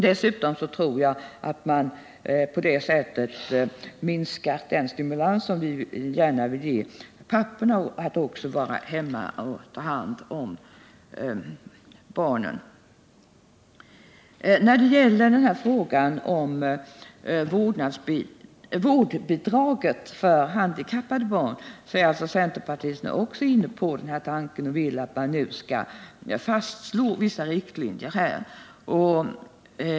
Dessutom tror jag att man på det sättet minskar den stimulans som vi gärna vill ge papporna att vara hemma och ta hand om sina barn. Beträffande frågan om vårdbidraget för handikappade barn är också centerpartisterna inne på den här tanken och förespråkar att vissa riktlinjer skall fastslås.